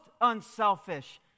unselfish